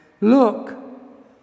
Look